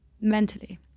Mentally